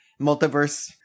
Multiverse